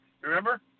Remember